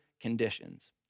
conditions